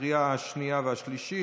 לקריאה השנייה והשלישית.